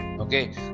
Okay